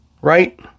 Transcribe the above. Right